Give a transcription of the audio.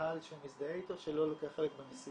מהקהל שמזדהה איתו שלא לוקח חלק במסיבות.